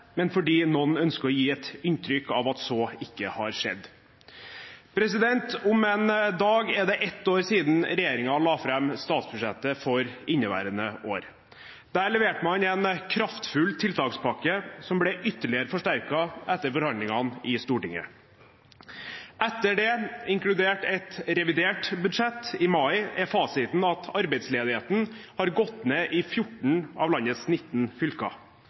men fordi noen ønsker å gi et inntrykk av at så ikke har skjedd. Om en dag er det ett år siden regjeringen la fram statsbudsjettet for inneværende år. Der leverte man en kraftfull tiltakspakke som ble ytterligere forsterket etter forhandlingene i Stortinget. Etter det, inkludert et revidert budsjett i mai, er fasiten at arbeidsledigheten har gått ned i 14 av landets 19 fylker.